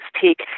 Peak